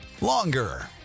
longer